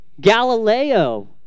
Galileo